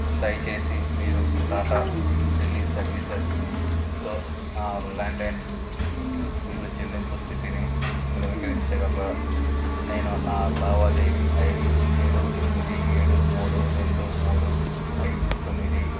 దయచేసి మీరు టాటా టెలీ సర్వీసెస్తో నా ల్యాండ్లైన్ బిల్లు చెల్లింపు స్థితిని ధృవీకరించగలరా నేను నా లావాదేవీ ఐ డీ ఏడు ఎనిమిది ఏడు మూడు రెండు మూడు ఐదు తొమ్మిది